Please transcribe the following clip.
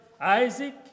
Isaac